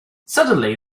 suddenly